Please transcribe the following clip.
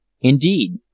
Indeed